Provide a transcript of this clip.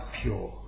pure